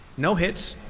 no hits,